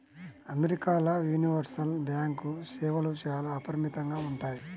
అమెరికాల universal bank సేవలు చాలా అపరిమితంగా ఉంటాయి